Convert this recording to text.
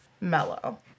mellow